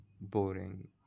boring